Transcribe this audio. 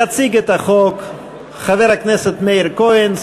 יציג את החוק חבר הכנסת מאיר כהן,